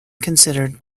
considered